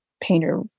painter